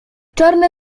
czarne